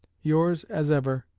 yours as ever,